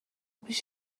پیش